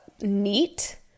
NEAT